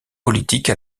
politique